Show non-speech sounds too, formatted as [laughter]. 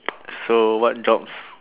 [noise] so what jobs